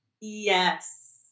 yes